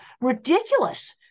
ridiculous